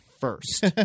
first